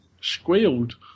squealed